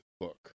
book